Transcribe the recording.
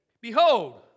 Behold